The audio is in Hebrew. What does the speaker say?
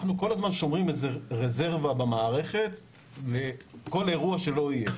אנחנו כל הזמן שומרים איזה רזרבה במערכת לכל אירוע שלא יהיה.